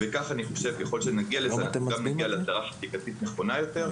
אני חושב שככל שנגיע לזה גם נגיע להגדרה חקיקתית נכונה יותר,